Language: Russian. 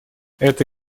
это